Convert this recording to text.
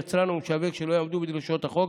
יצרן או משווק שלא יעמדו בדרישות החוק,